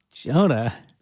Jonah